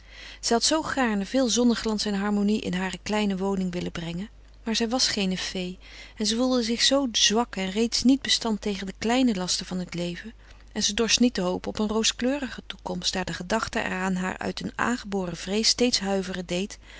had zoo gaarne veel zonneglans en harmonie in hare kleine woning willen brengen maar zij was geene fee en ze voelde zich zoo zwak en reeds niet bestand tegen de kleine lasten van het leven en ze dorst niet te hopen op een rooskleuriger toekomst daar de gedachte er aan haar uit een aangeboren vrees steeds huiveren deed